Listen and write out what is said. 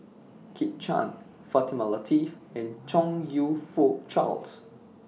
Kit Chan Fatimah Lateef and Chong YOU Fook Charles